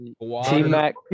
T-Mac